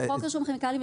את חוק רישום כימיקלים,